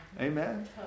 Amen